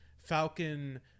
Falcon